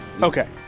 Okay